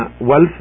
wealth